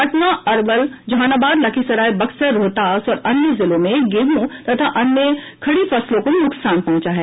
पटना अरवल जहानाबाद लखीसराय बक्सर रोहतास और अन्य जिलों में गेहूं तथा अन्य खडी फसलों को नुकसान पहुंचा है